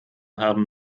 haben